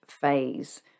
phase